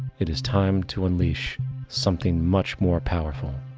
it is time to unleash something much more powerful.